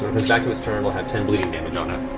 like to its turn, it'll have ten bleeding damage on it.